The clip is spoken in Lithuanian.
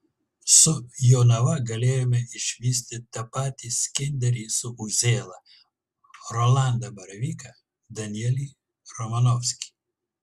su jonava galėjome išvysti tą patį skinderį su uzėla rolandą baravyką danielį romanovskį